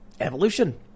evolution